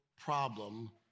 problem